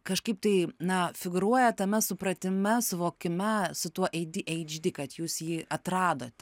kažkaip tai na figūruoja tame supratime suvokime su tuo ei dy eidž dy kad jūs jį atradote